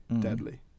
deadly